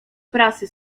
prasy